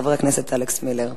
חבר הכנסת אלכס מילר.